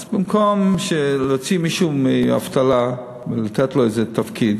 אז במקום להוציא מישהו מאבטלה, לתת לו איזה תפקיד,